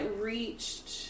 reached